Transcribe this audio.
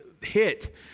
hit